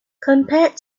compared